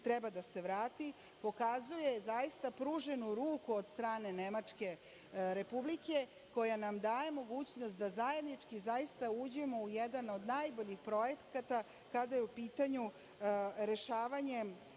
treba da se vrati pokazuje zaista pruženu ruku od strane Republike Nemačke koja nam daje mogućnost da zajednički zaista uđemo u jedan od najboljih projekata kada je u pitanju rešavanje